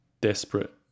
desperate